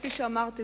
כפי שאמרתי,